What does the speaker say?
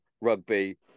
rugby